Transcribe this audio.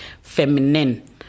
feminine